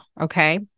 okay